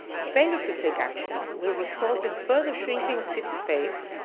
failure to take action will result in further shrinking of civic space,